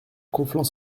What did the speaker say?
conflans